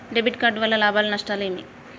Debit card వల్ల లాభాలు నష్టాలు ఏమిటి?